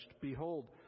Behold